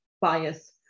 bias